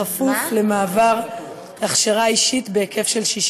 בכפוף למעבר הכשרה אישית בהיקף של 60